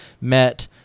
met